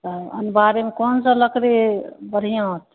अनमारीमे कोन सा लकड़ी बढ़िआँ होयतै